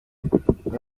umwe